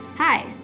Hi